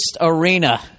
arena